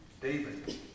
David